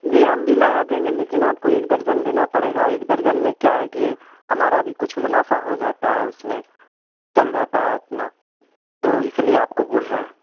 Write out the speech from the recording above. جی ہم بھی لگا دیں گے لیکن آپ کو ایک درجن لینا پڑے گا اور ایک درجن میں کیا ہے کہ ہمارا بھی کچھ منافع ہو جاتا ہے اس میں چل جاتا ہے اپنا تو اسی لیے آپ کو بول رہے ہیں